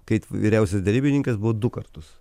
kai vyriausias derybininkas buvo du kartus